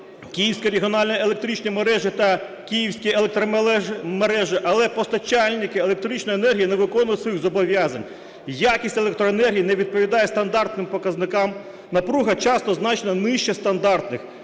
"Київські регіональні електричні мережі" та "Київські електромережі", але постачальники електричної енергії не виконують своїх зобов'язань, якість електроенергії не відповідає стандартним показникам, напруга часто значно нижча стандартних.